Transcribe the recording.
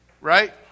Right